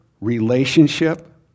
relationship